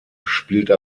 spielte